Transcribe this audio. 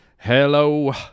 Hello